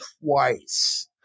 twice –